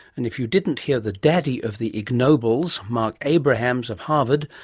and if you didn't hear the daddy of the ig nobels, marc abrahams of harvard,